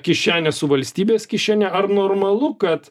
kišenę su valstybės kišene ar normalu kad